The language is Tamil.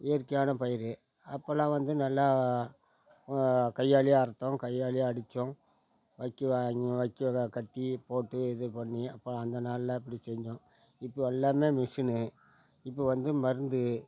இயற்கையான பயிர் அப்போலாம் வந்து நல்லா கையாலேயே அறுத்தோம் கையாலேயே அடித்தோம் வக்கி வக்கி தான் கட்டி போட்டு இது பண்ணி அப்போ அந்த நாளில் அப்படி செஞ்சோம் இப்போது எல்லாம் மிஸினு இப்போது வந்து மருந்து